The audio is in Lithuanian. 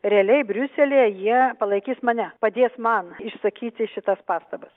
realiai briuselyje jie palaikys mane padės man išsakyti šitas pastabas